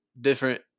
different